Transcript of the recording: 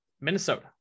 Minnesota